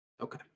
okay